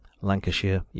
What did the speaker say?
Lancashire